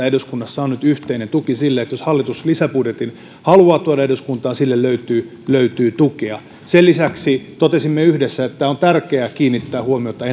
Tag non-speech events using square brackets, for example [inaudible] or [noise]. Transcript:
[unintelligible] eduskunnassa on nyt yhteinen tuki sille että jos hallitus lisäbudjetin haluaa tuoda eduskuntaan sille löytyy löytyy tukea sen lisäksi totesimme yhdessä että on tärkeää kiinnittää